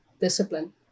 discipline